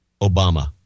Obama